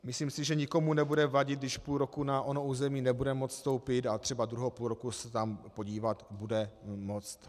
Myslím si, že nikomu nebude vadit, když půl roku na ono území nebude moct vstoupit a druhého půlroku se tam podívat bude moct.